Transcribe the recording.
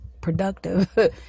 productive